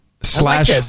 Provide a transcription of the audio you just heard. slash